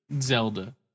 Zelda